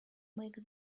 make